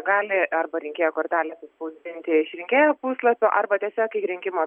gali arba rinkėjo kortelės atsispausdinti iš rinkėjo puslapio arba tiesiog į rinkimų